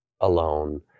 alone